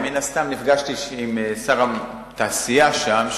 מן הסתם נפגשתי עם שר התעשייה שם,